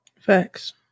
Facts